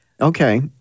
Okay